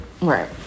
Right